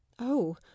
Oh